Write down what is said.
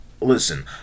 listen